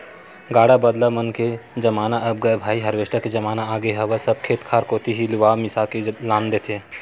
गाड़ा बदला मन के जमाना अब गय भाई हारवेस्टर के जमाना आगे हवय सब खेत खार कोती ही लुवा मिसा के लान देथे